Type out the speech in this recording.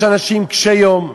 יש אנשים קשי-יום,